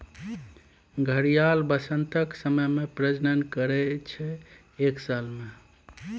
घड़ियाल बसंतक समय मे प्रजनन करय छै एक साल मे